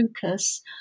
focus